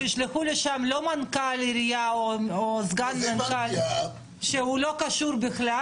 שישלחו לשם לא מנכ"ל עירייה או סגן מנכ"ל שהוא לא קשור בכלל,